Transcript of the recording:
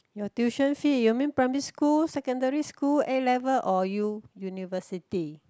your tuition fee you mean primary school secondary school A-level or U university